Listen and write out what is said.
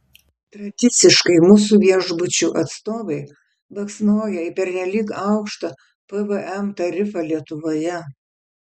tradiciškai mūsų viešbučių atstovai baksnoja į pernelyg aukštą pvm tarifą lietuvoje